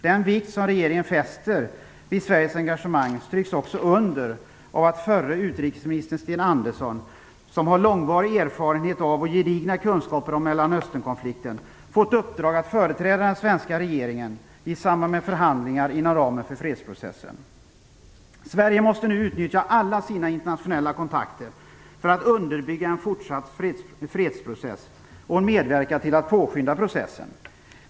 Den vikt som regeringen fäster vid Sveriges engagemang stryks också under av att förre utrikesministern Sten Andersson, som har långvarig erfarenhet av och gedigna kunskaper om Mellanösternkonflikten, fått uppdrag att företräda den svenska regeringen i samband med förhandlingar inom ramen för fredsprocessen. Sverige måste nu utnyttja alla sina internationella kontakter för att underbygga en fortsatt fredsprocess och medverka till att påskynda processen.